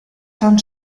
son